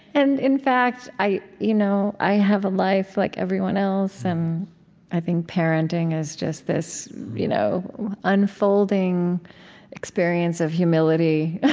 and, in fact, i you know i have a life like everyone else. and i think parenting is just this you know unfolding experience of humility.